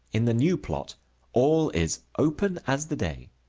in the new plot all is open as the day.